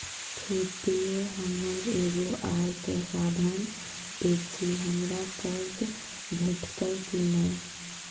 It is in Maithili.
खेतीये हमर एगो आय के साधन ऐछि, हमरा कर्ज भेटतै कि नै?